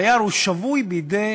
הדייר הוא שבוי בידי